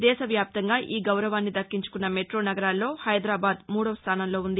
దేశవ్యాప్తంగా ఈ గౌరవాన్ని దక్కించుకున్న మెట్లో నగరాల్లో హైదరాబాద్ మూడో స్థానంలో ఉంది